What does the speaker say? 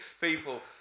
people